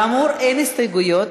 כאמור, אין הסתייגויות,